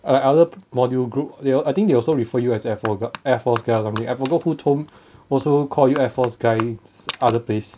like other module group they I think they also refer you as air force g~ air force guy or something I forgot who told me also call you air force guy other place